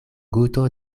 guto